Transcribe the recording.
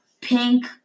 pink